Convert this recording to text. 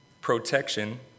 protection